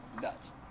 nuts